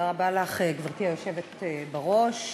גברתי היושבת-ראש,